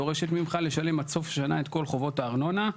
דורשת ממך לשלם עד סוף שנה את כל חובות הארנונה,